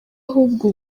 ahubwo